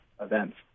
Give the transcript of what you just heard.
events